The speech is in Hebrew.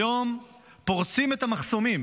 היום פורצים את המחסומים